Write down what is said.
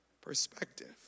perspective